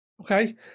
Okay